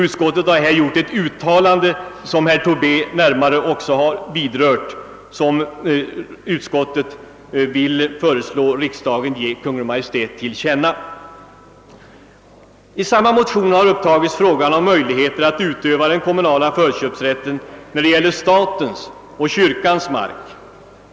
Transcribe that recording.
Utskottet har i detta fall gjort ett uttalande som riksdagen föreslås ge Kungl. Maj:t till känna, vilket också närmare berörts av herr Tobé. I samma motion har upptagits frågan om möjligheter att utöva den kommunala förköpsrätten beträffande statens och kyrkans mark.